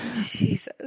Jesus